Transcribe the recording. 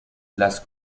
las